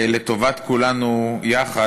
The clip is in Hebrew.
לטובת כולנו יחד,